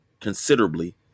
considerably